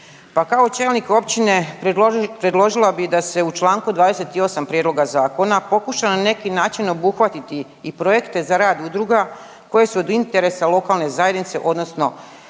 Pa kao čelnik općine predložila bi da se u čl. 28. prijedloga zakona pokuša na neki način obuhvatiti i projekte za rad udruga koje su od interesa lokalne zajednice odnosno